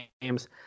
games